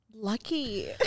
Lucky